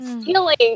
Stealing